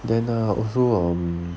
then uh also um